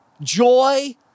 joy